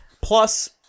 plus